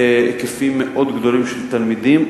היקפים מאוד גדולים של תלמידים,